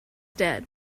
dead